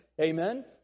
Amen